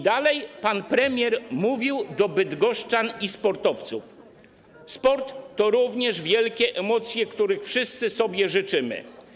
Dalej pan premier mówił do bydgoszczan i sportowców: Sport to również wielkie emocje, których wszyscy sobie życzymy.